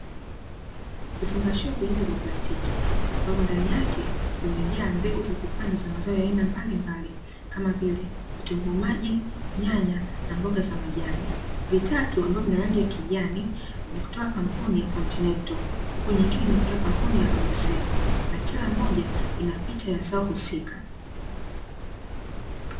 Vifungashio vinne vya plastiki, ambavyo ndani yake vimejaa mbegu za kupanda za mazao ya aina mbalimbali kama vile vitunguu maji, nyanya na mboga za majani. Vitatu ambavyo vina rangi ya kijani ni kutoka kampuni ya kontinento huku nyingine kutoka kampuni ya royosedi na kila moja ina picha ya zao husika.